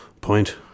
point